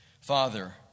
Father